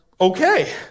okay